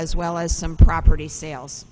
as well as some property sales